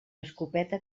escopeta